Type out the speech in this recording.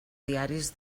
diaris